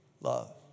love